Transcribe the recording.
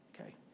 okay